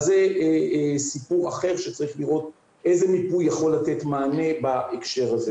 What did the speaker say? זה סיפור אחר שצריך לראות איזה מיפוי יכול לתת מענה בהקשר הזה.